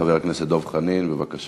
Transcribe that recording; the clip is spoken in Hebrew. חבר הכנסת דב חנין, בבקשה.